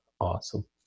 Awesome